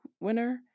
winner